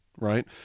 right